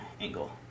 angle